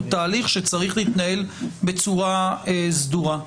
הוא תהליך שצריך להתנהל בצורה סדורה.